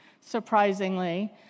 surprisingly